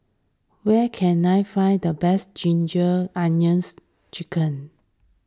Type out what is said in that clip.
where can I find the best Ginger Onions Chicken